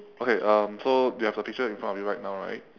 okay um so you have the picture in front of you right now right